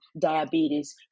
diabetes